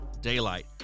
daylight